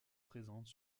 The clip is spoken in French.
présentes